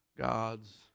God's